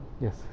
Yes